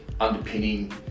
underpinning